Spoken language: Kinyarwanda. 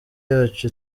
yacu